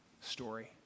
story